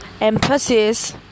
emphasis